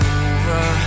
over